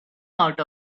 out